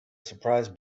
surprise